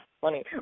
funny